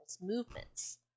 Movements